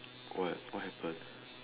what what happen